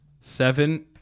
Seven